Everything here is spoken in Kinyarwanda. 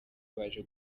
baje